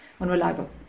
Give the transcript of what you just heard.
Unreliable